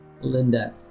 Linda